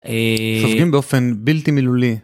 אה... סופגים באופן בלתי מילולי.